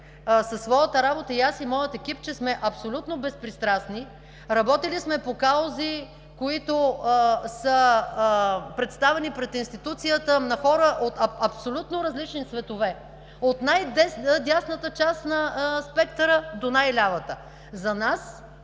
със своята работа – и аз, и моят екип, че сме абсолютно безпристрастни, работили сме по каузи, които са представени пред институцията на хора от абсолютно различни цветове – от най дясната част на спектъра, до най-лявата. За нас,